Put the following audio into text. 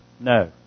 no